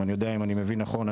אם אני מבין נכון,